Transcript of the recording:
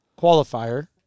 Qualifier